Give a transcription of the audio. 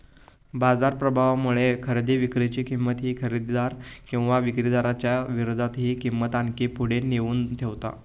बाजार प्रभावामुळे खरेदी विक्री ची किंमत ही खरेदीदार किंवा विक्रीदाराच्या विरोधातही किंमत आणखी पुढे नेऊन ठेवता